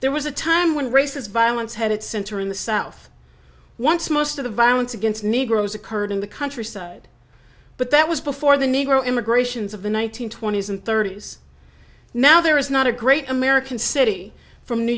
there was a time when race is violence had its center in the south once most of the violence against negroes occurred in the countryside but that was before the negro immigrations of the one nine hundred twenty s and thirty's now there is not a great american city from new